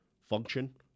function